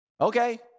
Okay